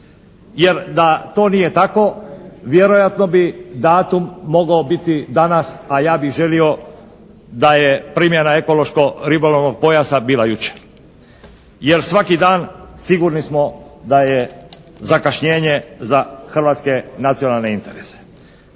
Jer, da to nije tako vjerojatno bi datum mogao biti danas a ja bih želio da je primjena ekološko-ribolovnog pojasa bila jučer jer svaki dan sigurni smo da je zakašnjenje za hrvatske nacionalne interese.